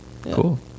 Cool